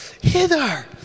Hither